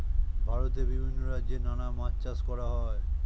ভারতে বিভিন্ন রাজ্যে নানা মাছ চাষ করা হয়